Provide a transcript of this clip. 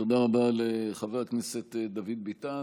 תודה רבה לחבר הכנסת דוד ביטן.